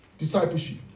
discipleship